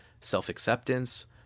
self-acceptance